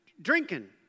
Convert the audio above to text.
Drinking